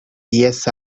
diez